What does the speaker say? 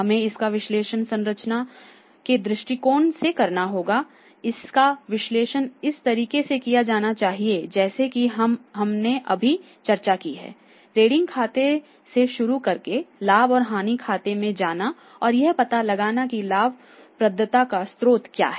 हमें इसका विश्लेषण मैन्युफैक्चरिंग के दृष्टिकोण से करना हैइसका विश्लेषण उस तरीके से किया जाना चाहिए जैसा कि हमने अभी चर्चा की है ट्रेडिंग खाते से शुरू करके लाभ और हानि खाते में जाना और यह पता लगाना कि लाभप्रदता का स्रोत क्या है